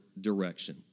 direction